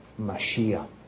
Mashiach